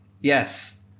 Yes